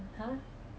!huh!